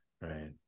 right